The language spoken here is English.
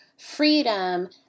freedom